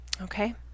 Okay